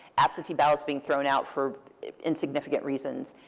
absentee ballots being thrown out for insignificant reasons,